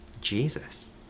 Jesus